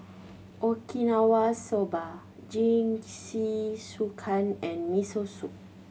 Okinawa Soba Jingisukan and Miso Soup